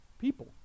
people